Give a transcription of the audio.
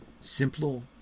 Simple